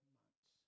months